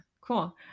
cool